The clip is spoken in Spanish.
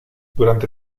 durante